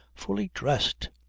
fully dressed!